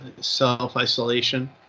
self-isolation